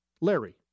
Larry